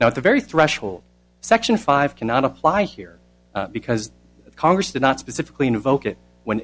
now at the very threshold section five cannot apply here because congress did not specifically invoke it when